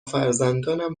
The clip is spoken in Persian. فرزندانم